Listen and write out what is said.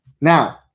Now